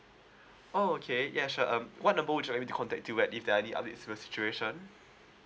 oh okay ya sure um what number would you like me to contact to wet if I need updates specific situation